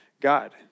God